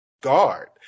guard